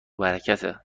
برکته